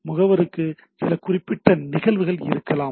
முகவருக்கு சில குறிப்பிட்ட நிகழ்வுகள் இருக்கலாம்